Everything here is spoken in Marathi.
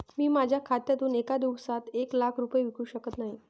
मी माझ्या खात्यातून एका दिवसात एक लाख रुपये विकू शकत नाही